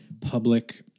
public